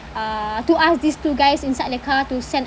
uh to ask these two guys inside the car to send